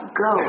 go